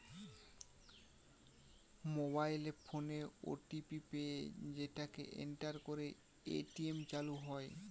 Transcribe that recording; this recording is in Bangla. মোবাইল ফোনে ও.টি.পি পেয়ে সেটাকে এন্টার করে এ.টি.এম চালু হয়